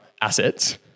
assets